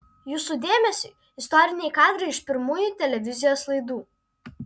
jūsų dėmesiui istoriniai kadrai iš pirmųjų televizijos laidų